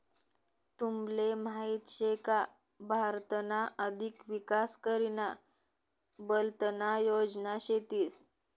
तुमले माहीत शे का भारतना अधिक विकास करीना बलतना योजना शेतीस